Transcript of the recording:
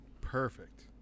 Perfect